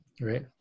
right